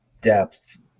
depth